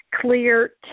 clear